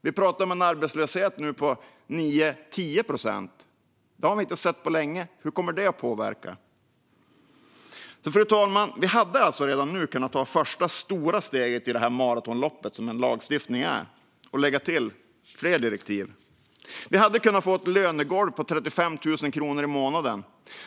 Vi talar nu om en arbetslöshet på 9-10 procent - det har vi inte sett på länge. Hur kommer detta att påverka? Fru talman! Vi hade alltså redan nu kunnat ta det första stora steget i det maratonlopp som lagstiftning är och lägga till fler direktiv. Vi hade kunnat få ett lönegolv på 35 000 kronor i månaden.